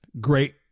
great